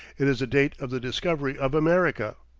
it is the date of the discovery of america.